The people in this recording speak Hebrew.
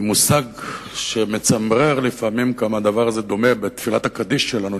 היא מושג שמצמרר לפעמים עד כמה הדבר הזה דומה לתפילת הקדיש שלנו,